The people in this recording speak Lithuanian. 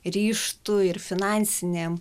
ryžtu ir finansinėm